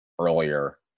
earlier